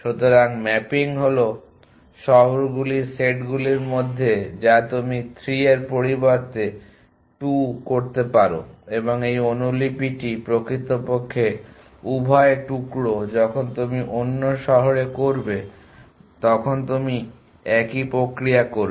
সুতরাং ম্যাপিং হল এই শহরগুলির সেটগুলির মধ্যে যা তুমি 3 এর পরিবর্তে 2টি রাখতে পারো এবং এই অনুলিপিটি প্রকৃতপক্ষে উভয় টুকরো যখন তুমি অন্য শহরে করবে তখন তুমি একই প্রক্রিয়া করবে